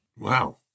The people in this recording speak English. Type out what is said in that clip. wow